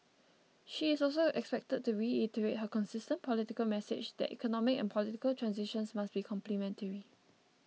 she is also expected to reiterate her consistent political message that economic and political transitions must be complementary